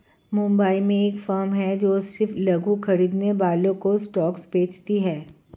मुंबई में एक फार्म है जो सिर्फ लघु खरीदने वालों को स्टॉक्स बेचती है